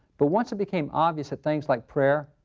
but once it became obvious that things like prayer,